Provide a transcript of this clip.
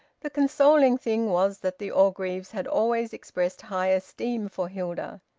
the consoling thing was that the orgreaves had always expressed high esteem for hilda.